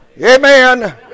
Amen